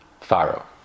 Pharaoh